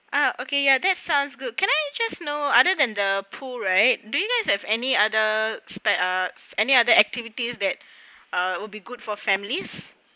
ah okay ya that sounds good can I just know other than the pool right do you guys have any other spare~ ah any other activities that will be good for families